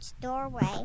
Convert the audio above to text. doorway